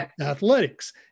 athletics